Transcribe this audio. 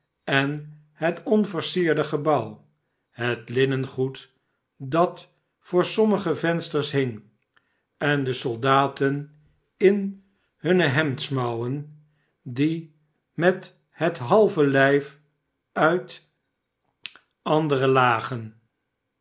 en het onversierde gebouw het linnengoed dat voor sommige vensters hing en de soldaten in hunne hemdsmouwen die met het halve lijf uit andere lagen